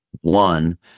one